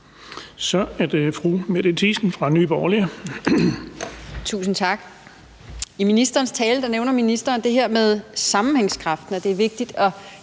Kl. 19:51 Mette Thiesen (NB): Tusind tak. I ministerens tale nævner ministeren det her med sammenhængskraften, at det er vigtigt at